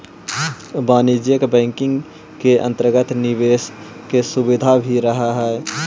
वाणिज्यिक बैंकिंग के अंतर्गत निवेश के सुविधा भी रहऽ हइ